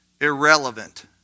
irrelevant